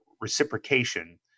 reciprocation